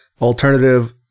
alternative